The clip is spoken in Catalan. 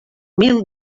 mil